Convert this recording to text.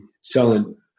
selling